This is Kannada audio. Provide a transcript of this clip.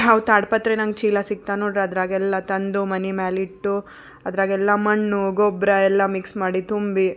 ಅವು ತಾಡ್ಪತ್ರೆ ನಂಗೆ ಚೀಲ ಸಿಕ್ತಾ ನೋಡಿ ಅದರಾಗೆಲ್ಲ ತಂದು ಮನೆ ಮೇಲೆ ಇಟ್ಟು ಅದರಾಗೆಲ್ಲ ಮಣ್ಣು ಗೊಬ್ಬರ ಎಲ್ಲ ಮಿಕ್ಸ್ ಮಾಡಿ ತುಂಬಿ